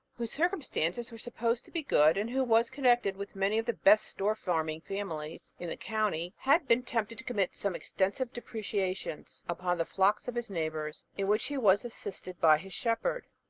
whose circumstances were supposed to be good, and who was connected with many of the best store-farming families in the county, had been tempted to commit some extensive depredations upon the flocks of his neighbours, in which he was assisted by his shepherd.